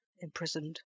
imprisoned